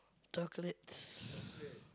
chocolates